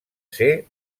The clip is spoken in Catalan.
ser